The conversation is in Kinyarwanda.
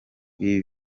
ibi